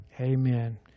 Amen